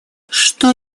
что